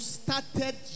started